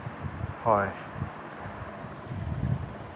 হয়